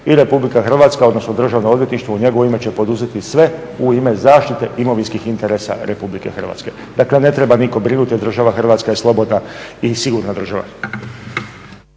i Republika Hrvatska odnosno Državno odvjetništvo u njegovo ime će poduzeti sve u ime zaštite imovinskih interesa Republike Hrvatske. Dakle ne treba nitko brinuti jer država Hrvatska je slobodna i sigurna država.